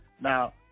Now